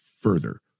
further